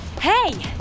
Hey